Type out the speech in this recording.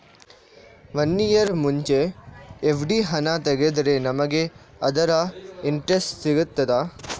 One year ಮುಂಚೆ FD ಹಣ ತೆಗೆದ್ರೆ ನಮಗೆ ಅದರ ಇಂಟ್ರೆಸ್ಟ್ ಸಿಗ್ತದ?